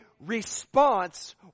response